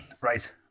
Right